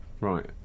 right